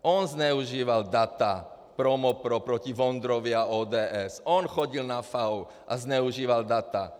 On zneužíval data: ProMoPro proti Vondrovi a ODS, on chodil na FAÚ a zneužíval data.